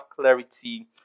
clarity